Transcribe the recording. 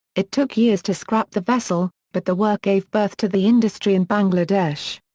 it took years to scrap the vessel, but the work gave birth to the industry in bangladesh.